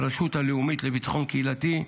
הרשות הלאומית לביטחון קהילתי,